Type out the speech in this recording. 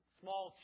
small